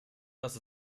dass